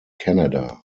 canada